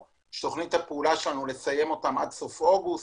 תכנית הפעולה שלנו היא לסיים אותם עד סוף אוגוסט.